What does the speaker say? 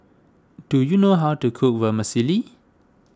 do you know how to cook Vermicelli